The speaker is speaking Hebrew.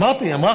היי, אתה